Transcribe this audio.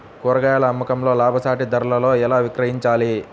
కూరగాయాల అమ్మకంలో లాభసాటి ధరలలో ఎలా విక్రయించాలి?